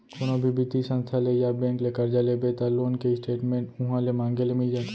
कोनो भी बित्तीय संस्था ले या बेंक ले करजा लेबे त लोन के स्टेट मेंट उहॉं ले मांगे ले मिल जाथे